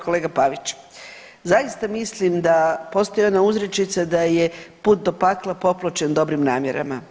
Kolega Pavić, zaista mislim da postoji ona uzrečica da je put do pakla popločen dobrim namjerama.